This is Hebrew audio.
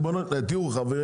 ריבונו של עולם, תראו חברים,